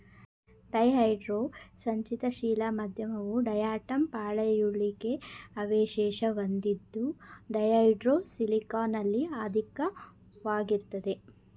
ಡಯಾಹೈಡ್ರೋ ಸಂಚಿತ ಶಿಲಾ ಮಾಧ್ಯಮವು ಡಯಾಟಂ ಪಳೆಯುಳಿಕೆ ಅವಶೇಷ ಹೊಂದಿದ್ದು ಡಯಾಹೈಡ್ರೋ ಸಿಲಿಕಾನಲ್ಲಿ ಅಧಿಕವಾಗಿರ್ತದೆ